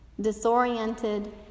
disoriented